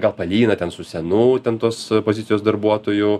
gal palygina ten su senu ten tuos pozicijos darbuotoju